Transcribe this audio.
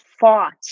fought